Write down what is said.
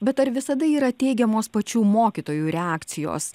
bet ar visada yra teigiamos pačių mokytojų reakcijos